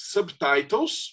Subtitles